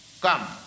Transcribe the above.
come